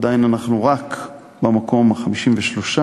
עדיין אנחנו רק במקום ה-53,